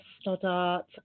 Stoddart